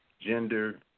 gender